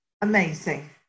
Amazing